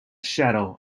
shadow